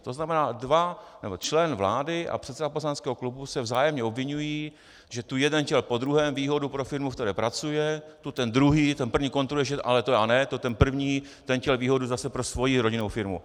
To znamená dva člen vlády a předseda poslaneckého klubu se vzájemně obviňují, že tu jeden chtěl po druhém výhodu pro firmu, v které pracuje, tu ten druhý, ten první kontruje, ale to já ne, to ten první, ten chtěl výhodu zase pro svoji rodinnou firmu.